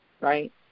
right